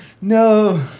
no